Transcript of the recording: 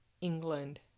England